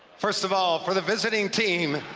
first of all, for the visiting team,